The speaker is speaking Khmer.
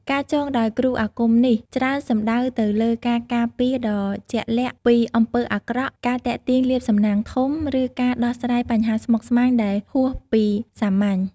ការចងដោយគ្រូអាគមនេះ ច្រើនសំដៅទៅលើការការពារដ៏ជាក់លាក់ពីអំពើអាក្រក់ ការទាក់ទាញលាភសំណាងធំ ឬការដោះស្រាយបញ្ហាស្មុគស្មាញដែលហួសពីសាមញ្ញ។